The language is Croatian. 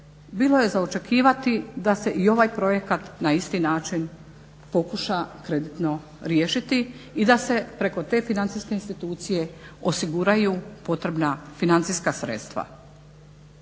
bilo je za očekivati da se i ovaj projekat na isti način pokuša kreditno riješiti i da se preko te financijske institucije osiguraju potrebna financijska sredstva.